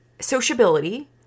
sociability